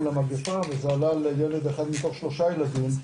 למגפה וזה עלה לילד אחת מתוך שלושה ילדים,